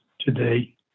today